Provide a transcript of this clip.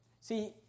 See